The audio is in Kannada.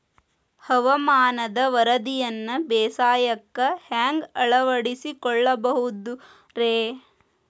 ಹವಾಮಾನದ ವರದಿಯನ್ನ ಬೇಸಾಯಕ್ಕ ಹ್ಯಾಂಗ ಅಳವಡಿಸಿಕೊಳ್ಳಬಹುದು ರೇ?